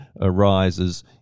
arises